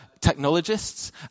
technologists